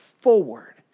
forward